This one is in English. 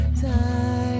time